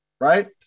right